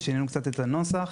שינינו קצת את הנוסח,